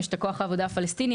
יש את כוח העבודה הפלסטיני,